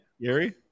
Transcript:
Gary